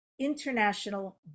international